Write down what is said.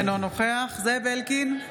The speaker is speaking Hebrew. אינו נוכח זאב אלקין,